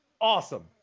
Awesome